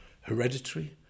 hereditary